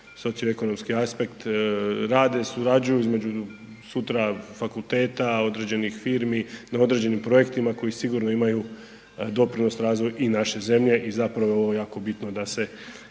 socioekonomski aspekt, rade, surađuju između sutra fakulteta, određenih firmi, na određenim projektima koji sigurno imaju doprinos razvoju i naše zemlje i zapravo ovo je jako bitno da se